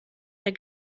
der